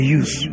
use